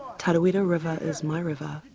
tarawera river is my river,